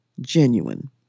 genuine